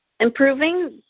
Improving